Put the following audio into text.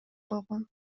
койгон